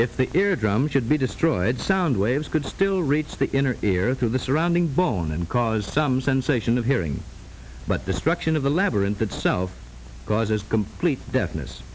if the ear drums should be destroyed sound waves could still reach the inner ear through the surrounding bone and cause some sensation of hearing but destruction of the labyrinth itself causes complete deafness